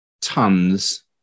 tons